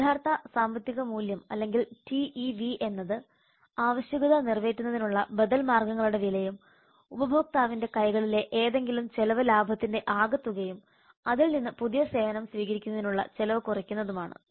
യഥാർഥ സാമ്പത്തിക മൂല്യം അല്ലെങ്കിൽ TEV എന്നത് ആവശ്യകത നിറവേറ്റുന്നതിനുള്ള ബദൽ മാർഗ്ഗങ്ങളുടെ വിലയും ഉപഭോക്താവിന്റെ കൈകളിലെ ഏതെങ്കിലും ചെലവ് ലാഭത്തിന്റെ ആകെത്തുകയും അതിൽ നിന്ന് പുതിയ സേവനം സ്വീകരിക്കുന്നതിനുള്ള ചെലവ് കുറക്കുന്നതുമാണ്